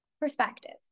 perspective